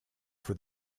for